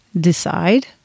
Decide